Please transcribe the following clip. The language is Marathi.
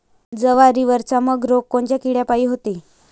जवारीवरचा मर रोग कोनच्या किड्यापायी होते?